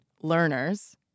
learners